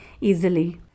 easily